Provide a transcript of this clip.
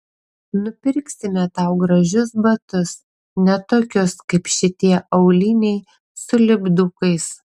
nupirksime tau gražius batus ne tokius kaip šitie auliniai su lipdukais